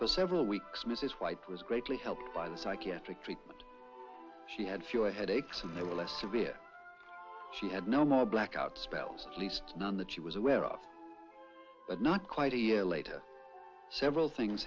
for several weeks mrs white was greatly helped by the psychiatric treatment she had few headaches and they were less severe she had no more blackouts spells at least none that she was aware of but not quite a year later several things